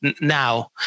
now